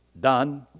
done